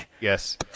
Yes